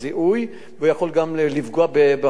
והוא יכול גם לפגוע בחקירה עצמה,